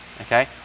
Okay